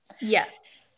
Yes